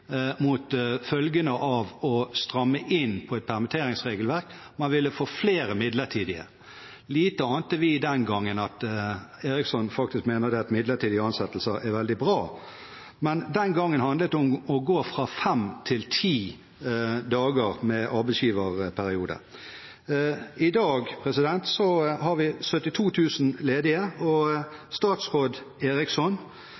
mot følgene av å stramme inn på permitteringsregelverket: Man ville få flere midlertidige. Lite ante vi den gangen at Eriksson faktisk skulle komme til å mene at midlertidige ansettelser er veldig bra. Den gangen handlet det om å gå fra fem til ti dager med arbeidsgiverperiode. I dag har vi 72 000 ledige,